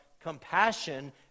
compassion